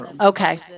Okay